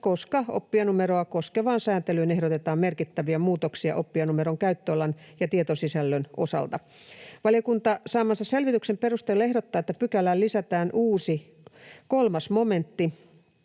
koska oppijanumeroa koskevaan sääntelyyn ehdotetaan merkittäviä muutoksia oppijanumeron käyttöalan ja tietosisällön osalta. Valiokunta saamansa selvityksen perusteella ehdottaa, että pykälään lisätään uusi, 3 momentti,